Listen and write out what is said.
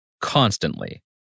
constantly